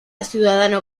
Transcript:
ciudadano